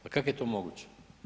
Pa kako je to moguće?